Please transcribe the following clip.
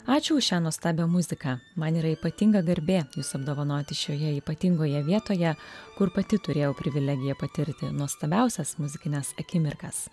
ačiū už šią nuostabią muziką man yra ypatinga garbė jus apdovanoti šioje ypatingoje vietoje kur pati turėjau privilegiją patirti nuostabiausias muzikines akimirkas